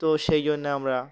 তো সেই জন্যে আমরা